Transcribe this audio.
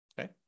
Okay